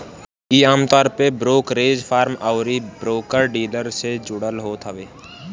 इ आमतौर पे ब्रोकरेज फर्म अउरी ब्रोकर डीलर से जुड़ल होत हवे